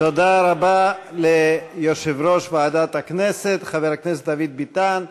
תודה רבה ליושב-ראש ועדת הכנסת חבר הכנסת דוד ביטן.